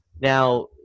Now